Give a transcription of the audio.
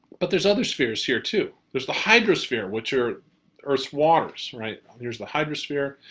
but there's other spheres here too. there's the hydrosphere, which are earth's waters, right. here's the hydrosphere.